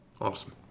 Awesome